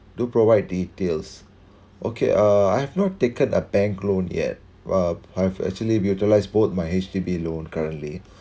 do provide details okay uh I have not taken a bank loan yet uh I have actually utilise both my H_D_B loan currently